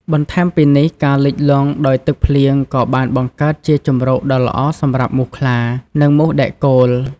បន្ថែមពីនេះ ការលិចលង់ដោយទឹកភ្លៀងក៏បានបង្កើតជាជម្រកដ៏ល្អសម្រាប់មូសខ្លា និងមូសដែកគោល។